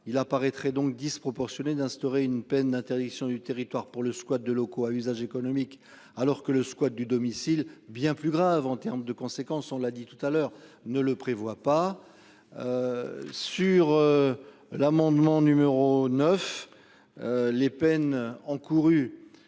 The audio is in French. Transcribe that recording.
il apparaîtrait donc disproportionné d'instaurer une peine d'interdiction du territoire pour le squat de locaux à usage économique alors que le squat du domicile bien plus grave en termes de conséquences, on l'a dit tout à l'heure ne le prévoit pas. Sur. L'amendement numéro 9. Les peines encourues